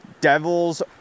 Devil's